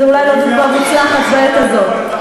זו אולי לא דוגמה מוצלחת בעת הזאת.